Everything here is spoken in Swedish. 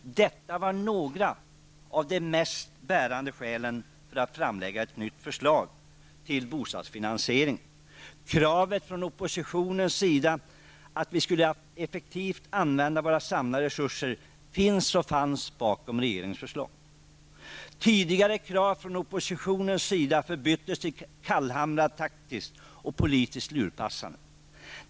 Detta var några av de mest bärande skälen för att lägga fram ett nytt förslag till bostadsfinansiering. Kravet från oppositionens sida att vi effektivt skulle använda våra samlade resurser finns och fanns bakom regeringens förslag. Tidigare krav från oppositionens sida förbyttes i kallhamrad taktik och politiskt lurpassande.